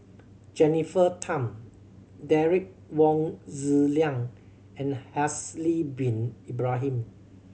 Jennifer Tham Derek Wong Zi Liang and Haslir Bin Ibrahim